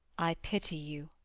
i pity you.